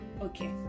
okay